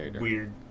weird